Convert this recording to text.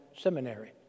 seminary